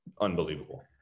unbelievable